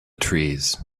trees